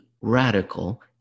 radical